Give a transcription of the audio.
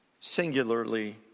singularly